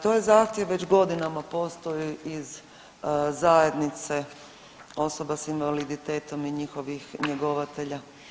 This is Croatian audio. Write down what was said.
To je zahtjev već godinama postoji iz zajednice osoba s invaliditetom i njihovih njegovatelja.